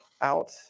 out